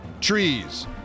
trees